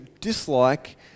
dislike